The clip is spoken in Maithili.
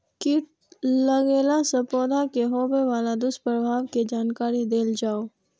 कीट लगेला से पौधा के होबे वाला दुष्प्रभाव के जानकारी देल जाऊ?